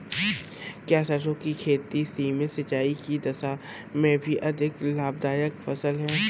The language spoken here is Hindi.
क्या सरसों की खेती सीमित सिंचाई की दशा में भी अधिक लाभदायक फसल है?